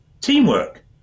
teamwork